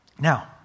Now